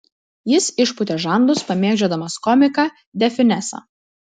jis išpūtė žandus pamėgdžiodamas komiką de fiunesą